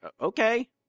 Okay